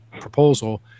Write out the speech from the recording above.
proposal